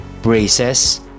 braces